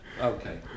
okay